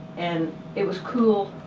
and it was cool.